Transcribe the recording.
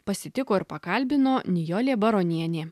pasitiko ir pakalbino nijolė baronienė